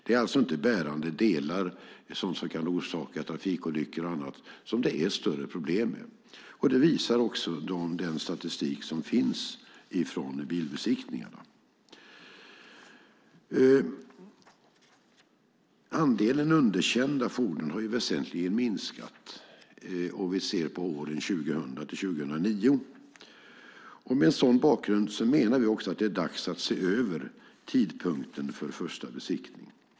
Det är inte bärande delar som kan orsaka trafikolyckor och annat som det är större problem med. Det visar också den statistik som finns från bilbesiktningarna. Andelen underkända fordon har väsentligen minskat om vi ser på åren 2000-2009. Med en sådan bakgrund menar vi att det är dags att se över tidpunkten för första besiktningen.